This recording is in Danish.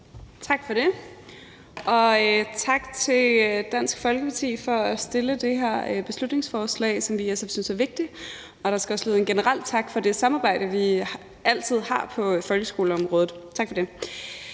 Tak for det, og tak til Dansk Folkeparti for at fremsætte det her beslutningsforslag, som vi alle sammen synes er vigtigt. Der skal også lyde en generel tak for det samarbejde, vi altid har på folkeskoleområdet. Tak for det.